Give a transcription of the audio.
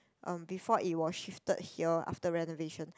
um before it was shifted here after renovation